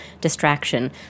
distraction